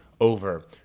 over